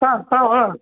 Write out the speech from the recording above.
ಹಾಂ ಹಾಂ ಹಾಂ